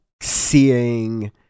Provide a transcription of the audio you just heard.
seeing